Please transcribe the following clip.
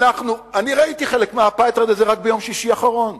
אני ראיתי חלק מהאפרטהייד הזה רק ביום שישי האחרון,